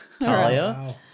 Talia